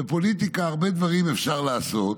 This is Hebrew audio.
בפוליטיקה הרבה דברים אפשר לעשות,